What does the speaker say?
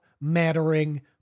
mattering